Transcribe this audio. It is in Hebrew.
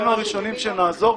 אנחנו הראשונים שנעזור.